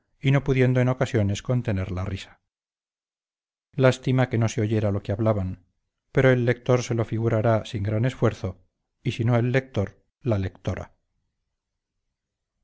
y no pudieron en ocasiones contener la risa lástima que no se oyera lo que hablaban pero el lector se lo figurará sin gran esfuerzo y si no el lector la lectora